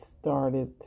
started